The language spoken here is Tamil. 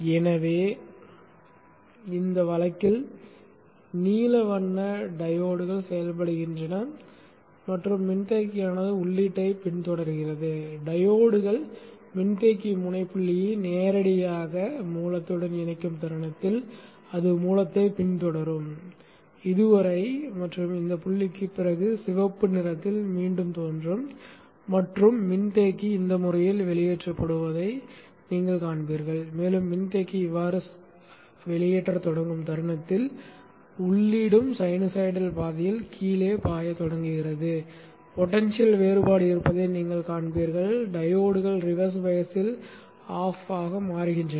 எனவே இந்த வழக்கில் நீல வண்ண டையோட்கள் செயல்படுகின்றன மற்றும் மின்தேக்கியானது உள்ளீட்டைப் பின்தொடர்கிறது டையோட்கள் மின்தேக்கி முனை புள்ளியை நேரடியாக மூலத்துடன் இணைக்கும் தருணத்தில் அது மூலத்தைப் பின்தொடரும் இது வரை மற்றும் இந்த புள்ளிக்குப் பிறகு சிவப்பு நிறத்தில் மீண்டும் தோன்றும் மற்றும் மின்தேக்கி இந்த முறையில் வெளியேற்றப்படுவதை நீங்கள் காண்பீர்கள் மேலும் மின்தேக்கி இவ்வாறு வெளியேற்றத் தொடங்கும் தருணத்தில் உள்ளீடும் சைனூசாய்டல் பாதையில் கீழே பாயத் தொடங்குகிறது பொடென்ஷியல் வேறுபாடு இருப்பதை நீங்கள் காண்பீர்கள் டையோட்கள் ரிவர்ஸ் பயஸில் ஆப் ஆகுகின்றன